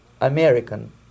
American